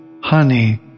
honey